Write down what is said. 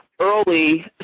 early